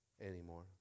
anymore